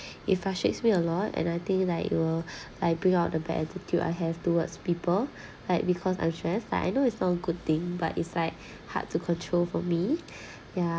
it frustrates me a lot and I think like it'll like bring out the bad attitude I have towards people like because I'm stressed I know it's not a good thing but it's like hard to control for me ya